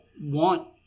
want